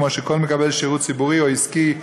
כמו שכל מקבל שירות ציבורי או עסקי,